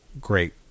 great